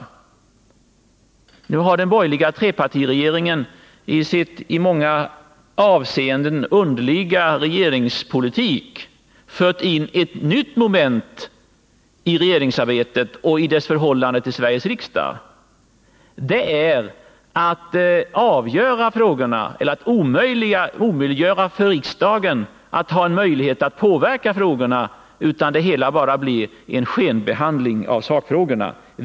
Nu har den borgerliga trepartiregeringen i sin i många avseenden underliga regeringspolitik fört in ett nytt moment i regeringsarbetet och dess förhållande till Sveriges riksdag, nämligen att omöjliggöra för riksdagen att påverka frågorna. Det hela blir bara en skenbehandling av sakfrågorna.